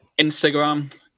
Instagram